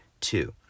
two